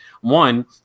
one